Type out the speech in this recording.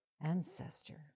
ancestor